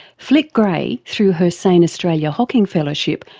flick grey, through her sane australia hocking fellowship,